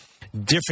different